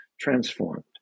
transformed